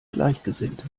gleichgesinnte